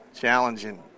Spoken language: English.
challenging